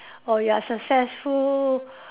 or you are successful